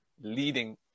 leading